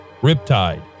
Riptide